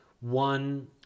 one